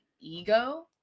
ego